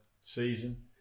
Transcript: season